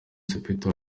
sepetu